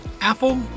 Apple